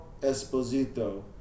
Esposito